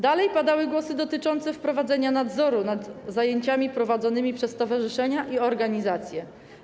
Dalej padały głosy dotyczące wprowadzenia nadzoru nad zajęciami prowadzonymi przez stowarzyszenia i organizacje.